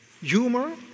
humor